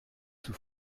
sous